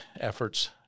efforts